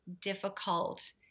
difficult